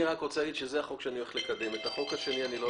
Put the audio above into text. כדי לייצר יציבות קואליציונית פעם אחת ופעם שנייה גם